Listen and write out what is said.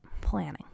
planning